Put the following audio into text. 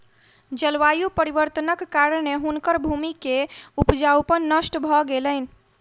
जलवायु परिवर्तनक कारणेँ हुनकर भूमि के उपजाऊपन नष्ट भ गेलैन